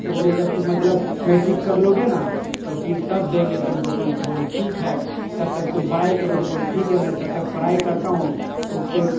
تو بولے جب تم مطلب میٹرک کر لو گے نا تو پھر تب دیں گے تم کو فون تو بولے ٹھیک ہے تب تک تم پڑھائی کرو تو بولے ٹھیک ہے میں تب تک پڑھائی کرتا ہوں اوکے